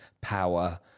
power